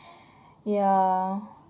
ya